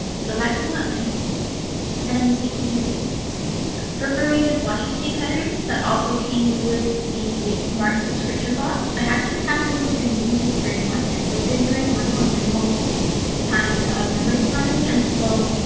so that came out nice and i'm using these perforated washi tape headers that also came with the march subscription box. i actually haven't really been using these very much. i've been doing a much more minimal kind of memory planning and so